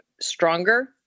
stronger